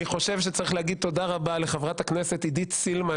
אני חושב שצריך להגיד תודה רבה לחברת הכנסת עידית סילמן,